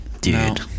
dude